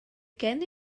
gen